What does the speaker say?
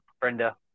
Brenda